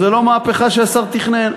זו לא מהפכה שהשר תכנן,